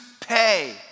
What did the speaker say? pay